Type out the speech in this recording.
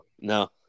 no